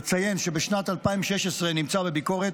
אציין שבשנת 2016 נמצא בביקורת